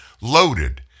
loaded